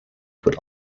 should